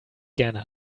gerne